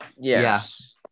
Yes